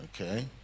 Okay